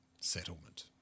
Settlement